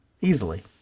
easily